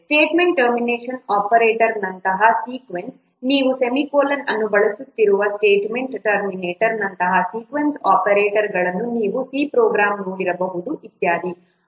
statement termination ಆಪರೇಟರ್ನಂತಹ sequence ನೀವು semicolon ಅನ್ನು ಬಳಸುತ್ತಿರುವ ಸ್ಟೇಟ್ಮೆಂಟ್ ಟರ್ಮಿನೇಟರ್ನಂತಹ ಸಿಕ್ವೆನ್ಸ್ ಆಪರೇಟರ್ಗಳನ್ನು ನೀವು ಸಿ ಪ್ರೊಗ್ರಾಮ್ಗಳಲ್ಲಿ ನೋಡಿರಬಹುದು ಇತ್ಯಾದಿ